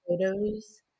photos